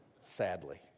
sadly